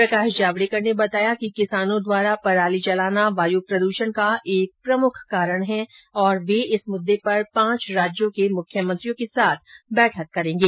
प्रकाश जावड़ेकर ने बताया कि किसानों द्वारा पराली जलाना वायु प्रद्षण का एक प्रमुख कारण है और वे इस मुद्दे पर पांच राज्यों के मुख्यमंत्रियों के साथ बैठक करेंगे